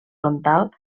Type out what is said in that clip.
frontal